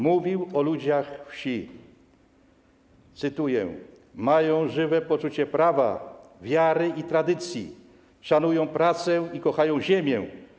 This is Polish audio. Mówił o ludziach wsi, cytuję: Mają żywe poczucie prawa, wiary i tradycji, szanują pracę i kochają ziemię.